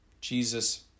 Jesus